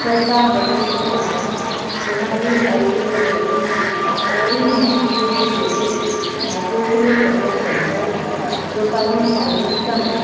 Shraddha Vasant Sahare Sonali Arvind Girde Ravi Mahadev Girde Bhagyashree Pramod Vanjari Rupali Falgun Kambadi